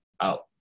out